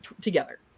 together